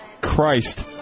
Christ